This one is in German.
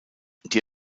die